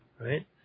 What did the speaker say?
right